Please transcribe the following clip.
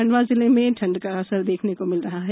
खंडवा जिले में ठंड का असर देखने को मिल रहा है